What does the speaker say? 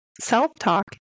Self-Talk